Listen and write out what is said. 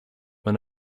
when